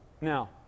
Now